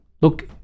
Look